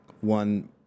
One